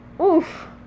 Oof